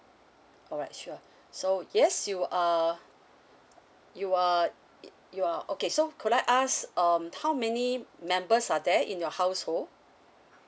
alright sure so yes you are you are you are okay so could I ask um how many members are there in your household